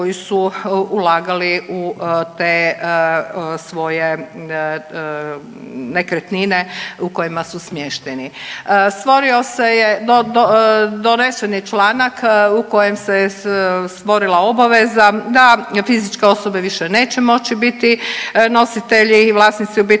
koji su ulagali u te svoje nekretnine u kojima su smješteni. Stvorio se je, donesen je čl. u kojem se stvorila obaveza da fizičke osobe više neće moći biti nositelji i vlasnici obiteljskih